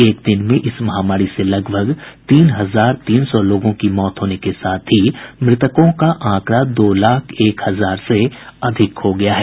एक दिन इस महामारी से लगभग तीन हजार तीन सौ लोगों की मौत होने के साथ ही मृतकों का आंकड़ा दो लाख एक हजार से अधिक हो गया है